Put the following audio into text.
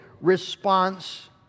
response